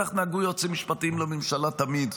כך נהגו יועצים משפטיים לממשלה תמיד.